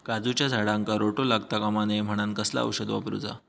काजूच्या झाडांका रोटो लागता कमा नये म्हनान कसला औषध वापरूचा?